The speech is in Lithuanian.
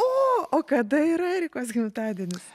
o kada yra erikos gimtadienis